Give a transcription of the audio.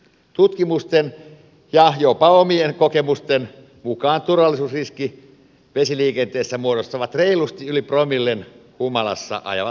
tutkimusten ja jopa omien kokemusten mukaan turvallisuusriskin vesiliikenteessä muodostavat reilusti yli promillen humalassa ajavat veneilijät